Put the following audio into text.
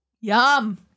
Yum